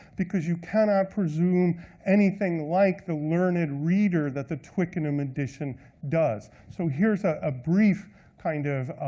because you cannot presume anything like the learned reader that the twickenham edition does. so here's a brief kind of